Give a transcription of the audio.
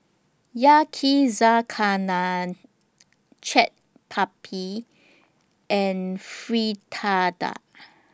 Yakizakana Chaat Papri and Fritada